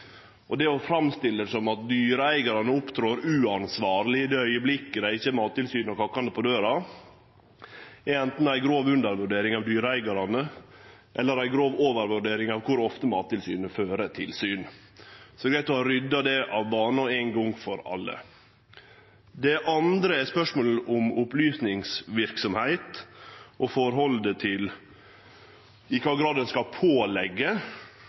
det. Det å framstille det som at dyreeigarane opptrer uansvarleg i den augeblinken dei ikkje har Mattilsynet kakkande på døra, er anten ei grov undervurdering av dyreeigarane eller ei grov overvurdering av kor ofte Mattilsynet fører tilsyn. Det er greitt å ha rydda dette av banen éin gong for alle. Det andre gjeld spørsmålet om opplysningsverksemd, i kva grad ein skal